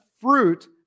fruit